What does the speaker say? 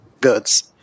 goods